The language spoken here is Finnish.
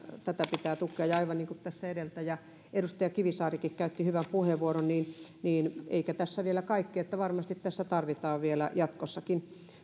tätä pitää tukea aivan niin kuin tässä edeltäjäkin edustaja kivisaari käytti hyvän puheenvuoron niin niin ei tässä vielä kaikki varmasti tätä tarvitaan vielä jatkossakin